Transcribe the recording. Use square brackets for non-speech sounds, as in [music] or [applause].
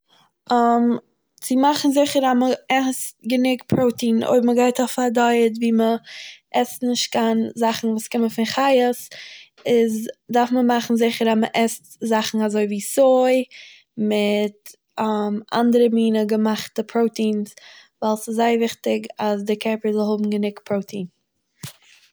[hesitation] צו מאכן זיכער אז מ'עסט גענוג פראטין אויב מ'גייט אויף א דייעט ווי מ'עסט נישט קיין זאכן וואס קומען פון חיות איז דארף מען מאכן זיכער אז מ'עסט זאכן אזוי ווי סוי מיט [hesitation] אנדערע מינע געמאכט פראטין ווייל ס'זייער וויכטיג אז די קערפער זאל האבן גענוג פראטין.